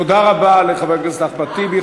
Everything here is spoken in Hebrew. תודה רבה לחבר הכנסת אחמד טיבי.